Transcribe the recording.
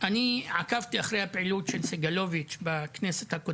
אני עקבתי אחרי פעילותו של סגלוביץ׳ בכנסת,